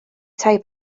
tai